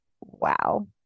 wow